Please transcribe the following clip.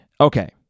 Okay